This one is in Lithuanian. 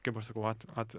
kaip aš sakau at at